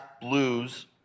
blues